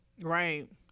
Right